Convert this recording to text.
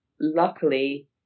luckily